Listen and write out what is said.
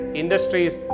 industries